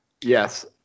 Yes